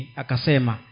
akasema